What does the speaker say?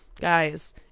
guys